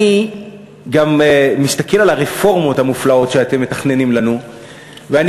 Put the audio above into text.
אני גם מסתכל על הרפורמות המופלאות שאתם מתכננים לנו ואני